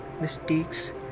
mistakes